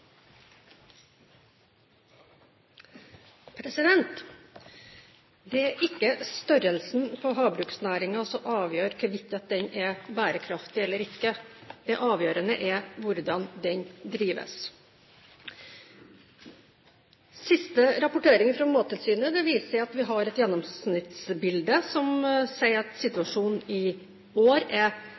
Det er ikke størrelsen på havbruksnæringen som avgjør hvorvidt den er bærekraftig eller ikke. Det avgjørende er hvordan den drives. Siste rapportering fra Mattilsynet viser et gjennomsnittsbilde der situasjonen i år er lik den i fjor, men det er